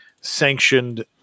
sanctioned